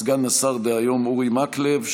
סגן השר דהיום אורי מקלב,